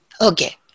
Okay